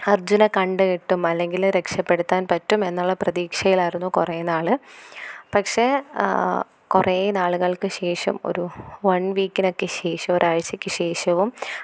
അര്ജുനെ കണ്ട് കിട്ടും അല്ലെങ്കിൽ രക്ഷപ്പെടുത്താന് പറ്റും എന്നുള്ള പ്രതീക്ഷയിലായിരുന്നു കുറേ നാൾ പക്ഷെ കുറേ നാളുകൾക്ക് ശേഷം ഒരു വണ് വീക്കിനൊക്കെ ശേഷം ഒരാഴ്ചക്ക് ശേഷവും